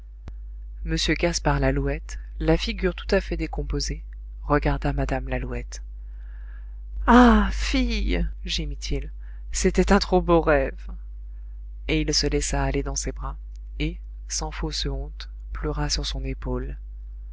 m gaspard lalouette la figure tout à fait décomposée regarda mme lalouette ah fille gémit-il c'était un trop beau rêve et il se laissa aller dans ses bras et sans fausse honte pleura sur son épaule